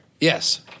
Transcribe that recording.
Yes